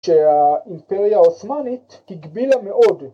‫שהאימפריה העות'מאנית ‫הגבילה מאוד.